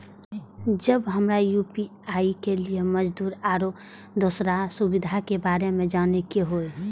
जब हमरा यू.पी.आई के लिये मौजूद आरो दोसर सुविधा के बारे में जाने के होय?